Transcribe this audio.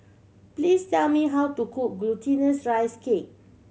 please tell me how to cook Glutinous Rice Cake